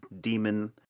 demon